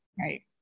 Right